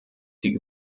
die